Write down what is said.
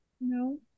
No